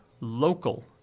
local